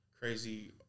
Crazy